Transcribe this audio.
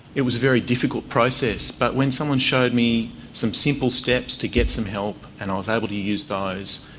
it was a very difficult process, but when someone showed me some simple steps to get some help and i was able to use those,